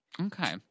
Okay